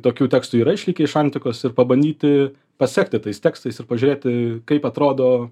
tokių tekstų yra išlikę iš antikos ir pabandyti pasekti tais tekstais ir pažiūrėti kaip atrodo